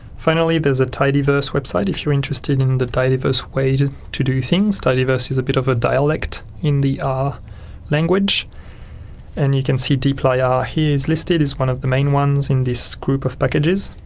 finally there's a tidyverse website if you're interested in the tidyverse way to to do things. tidyverse is a bit of a dialect in the r language and you can see dplyr here is listed, its one of the main ones in this group of packages,